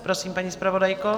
Prosím, paní zpravodajko.